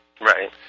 Right